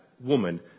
woman